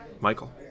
Michael